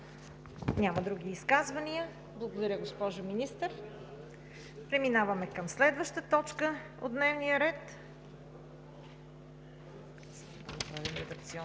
Няма други изказвания. Благодаря, госпожо Министър. Преминаваме към следващата точка от дневния ред: